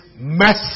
massive